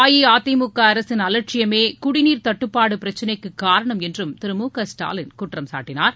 அஇஅதிமுக அரசின் அலட்சியமே குடிநீர் தட்டுப்பாடு பிரச்சனைக்கு காரணம் என்றும் திரு மு க ஸ்டாலின் குற்றம் சாட்டினார்